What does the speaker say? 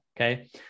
Okay